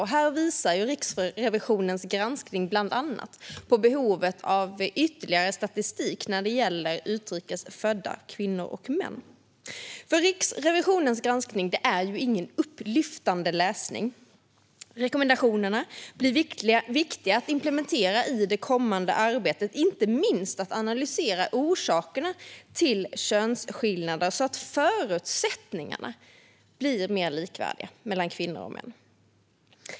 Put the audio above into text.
Här visar Riksrevisionens granskning bland annat på behovet av ytterligare statistik när det gäller utrikes födda kvinnor och män. Riksrevisionens granskning är ingen upplyftande läsning. Rekommendationerna blir viktiga att implementera i det kommande arbetet, inte minst att analysera orsakerna till könsskillnader, så att förutsättningarna blir mer likvärdiga mellan kvinnor och män.